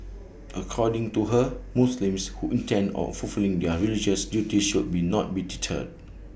according to her Muslims who intend on fulfilling their religious duties should not be deterred